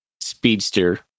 speedster